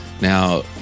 Now